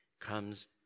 comes